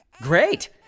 Great